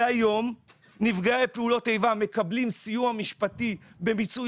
היום נפגעי פעולות איבה מקבלים סיוע משפטי במיצוי